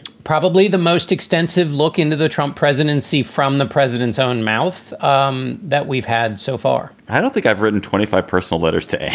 probably the most extensive look into the trump presidency from the president's own mouth um that we've had so far i don't think i've written twenty five personal letters to